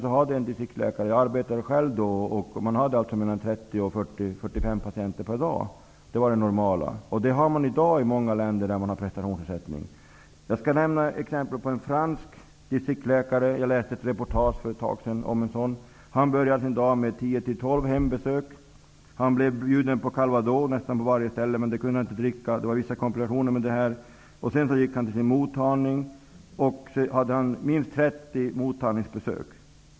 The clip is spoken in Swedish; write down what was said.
På den tiden hade en distriktsläkare 30--45 patienter per dag. Det var det normala. Jag arbetade själv då. Så är det i dag i många andra länder där man har prestationsersättning. Jag skall nämna en fransk distriktsläkare som exempel. Jag läste ett reportage om en sådan för ett tag sedan. Han började sin dag med tio--tolv hembesök. Han blev bjuden på calvados på nästan varje ställe, men det kunde han inte dricka. Det var vissa komplikationer med detta. Sedan gick han till sin mottagning. Där hade han minst 30 mottagningsbesök.